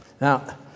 now